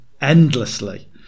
endlessly